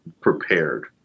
prepared